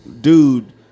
dude